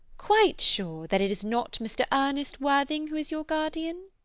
quite sure that it is not mr. ernest worthing who is your guardian?